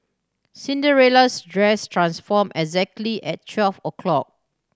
Cinderella's dress transform exactly at twelve o' clock